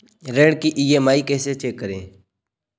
ऋण की ई.एम.आई कैसे चेक करें?